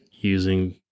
using